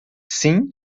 sim